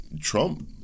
Trump